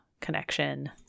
connection